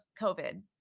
COVID